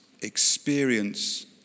experience